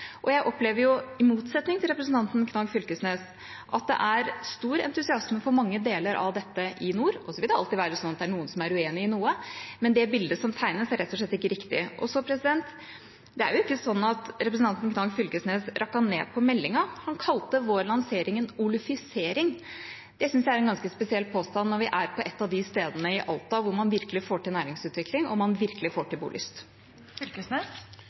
Jeg opplever, i motsetning til representanten Knag Fylkesnes, at det er stor entusiasme for mange deler av dette i nord. Det vil alltid være noen som er uenig i noe, men det bildet som tegnes, er rett og slett ikke riktig. Det er ikke sånn at representanten Knag Fylkesnes bare rakket ned på meldinga – han kalte vår lansering en «olufisering». Jeg syns det er en ganske spesiell påstand, når vi er på et av de stedene i Alta hvor man virkelig får til næringsutvikling, og man virkelig får til